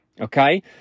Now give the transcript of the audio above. okay